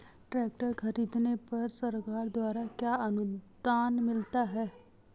Tractor खरीदने पर सरकार द्वारा क्या अनुदान मिलता है?